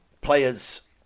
Players